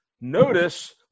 Notice